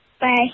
Bye